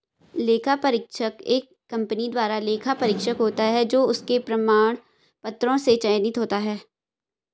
लेखा परीक्षक एक कंपनी द्वारा लेखा परीक्षक होता है जो उसके प्रमाण पत्रों से चयनित होता है